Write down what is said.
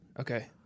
Okay